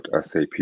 SAP